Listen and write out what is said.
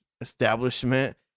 establishment